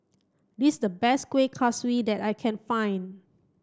this the best Kuih Kaswi that I can find